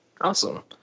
Awesome